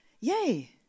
Yay